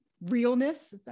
realness